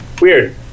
Weird